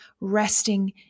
resting